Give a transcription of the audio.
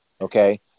Okay